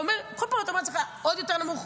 כל פעם אתה אומר לעצמך: עוד יותר נמוך,